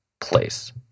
place